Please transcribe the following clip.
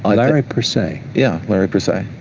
um larry per say? yeah, larry per say.